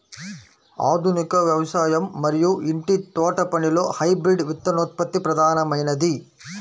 ఆధునిక వ్యవసాయం మరియు ఇంటి తోటపనిలో హైబ్రిడ్ విత్తనోత్పత్తి ప్రధానమైనది